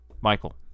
Michael